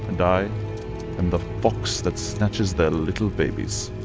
and i. am the fox that snatches their little babies.